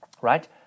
right